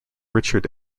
richard